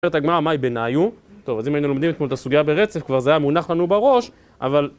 אומרת הגמרא מאי בינהיו, אז אם היינו לומדים את כל הסוגיה ברצף, כבר זה היה מונח לנו בראש, אבל...